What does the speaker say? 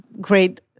great